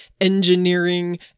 engineering